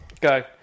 Go